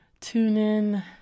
TuneIn